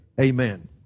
amen